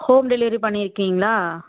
home delivery பண்ணி இருக்கீங்களா